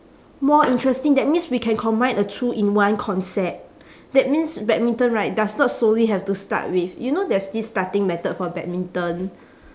more interesting that means we can combine a two in one concept that means badminton right does not solely have to start with you know there's this starting method for badminton